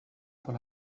por